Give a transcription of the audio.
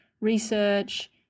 research